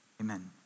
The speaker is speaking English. Amen